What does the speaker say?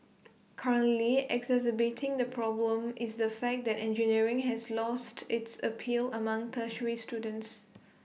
currently exacerbating the problem is the fact that engineering has lost its appeal among tertiary students